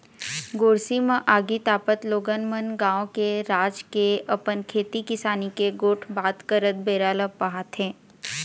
गोरसी म आगी तापत लोगन मन गाँव के, राज के, अपन खेती किसानी के गोठ बात करत बेरा ल पहाथे